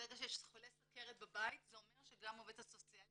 ברגע שיש חולה סוכרת בבית זה אומר שגם העובדת הסוציאלית